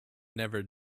never